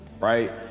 right